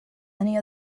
many